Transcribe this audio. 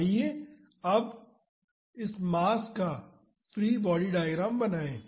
आइए अब इस मास का फ्री बॉडी डायग्राम बनाएं